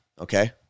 okay